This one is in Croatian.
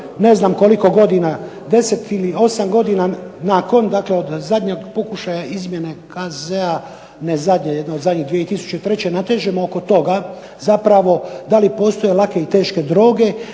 ne znam koliko godina 10 ili 8 godina nakon, dakle od zadnjeg pokušaja izmjene KZ-a, ne zadnje, jedne od zadnjih 2003. natežemo oko toga zapravo da li postoje lake i teške droge,